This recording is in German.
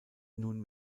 nun